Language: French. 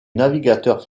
navigateur